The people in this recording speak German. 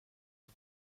die